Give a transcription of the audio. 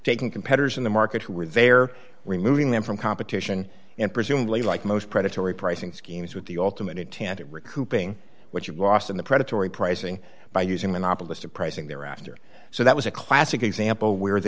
taking competitors in the market who were there removing them from competition and presumably like most predatory pricing schemes with the ultimate intent of recouping what you've lost in the predatory pricing by using monopolistic pricing there after so that was a classic example where the